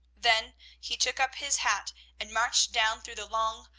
then he took up his hat and marched down through the long,